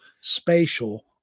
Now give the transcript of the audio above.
spatial